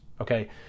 okay